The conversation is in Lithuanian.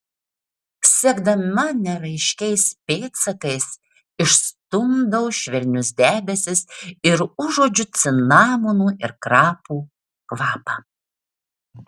sekdama neraiškiais pėdsakais išstumdau švelnius debesis ir užuodžiu cinamonų ir krapų kvapą